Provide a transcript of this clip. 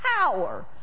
power